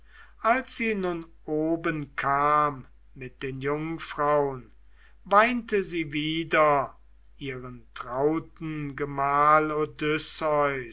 als sie nun oben kam mit den jungfraun weinte sie wieder ihren trauten gemahl